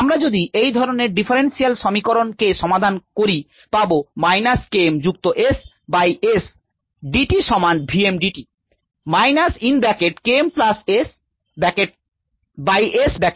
আমরা যদি এই ধরনের ডিফারেন্সিয়াল সমীকরণ কে সমাধান করি পাব মাইনাস K m যুক্ত s by s d s সমান v m d t